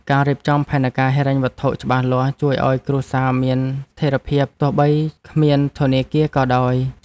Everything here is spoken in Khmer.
ការរៀបចំផែនការហិរញ្ញវត្ថុច្បាស់លាស់ ជួយឱ្យគ្រួសារមានស្ថិរភាព ទោះបីគ្មានធនាគារក៏ដោយ។